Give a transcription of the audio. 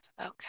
Okay